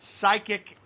psychic